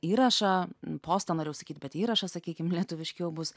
įrašą postą norėjau sakyt bet įrašą sakykim lietuviškiau bus